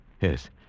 Yes